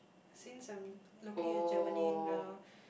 since I'm looking at Germany now